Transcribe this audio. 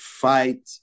fight